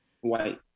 White